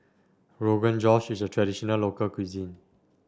Rogan Josh is a traditional local cuisine